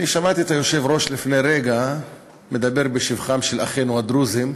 אני שמעתי את היושב-ראש לפני רגע מדבר בשבחם של אחינו הדרוזים,